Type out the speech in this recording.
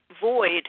void